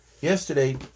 yesterday